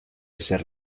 ser